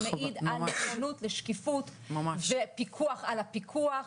שמעיד על נכונות לשקיפות ולפיקוח על הפיקוח,